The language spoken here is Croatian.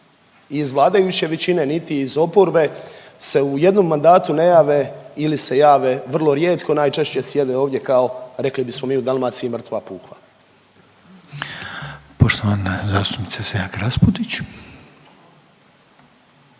iz vladajuće većine niti iz oporbe se u jednom mandatu ne jave ili se jave vrlo rijetko, najčešće sjede ovdje kao rekli bismo mi u Dalmaciji mrtva puhala. **Reiner, Željko (HDZ)** Poštovana zastupnica Selak Raspudić.